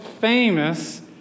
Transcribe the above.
famous